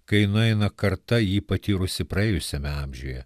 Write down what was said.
kai nueina karta jį patyrusi praėjusiame amžiuje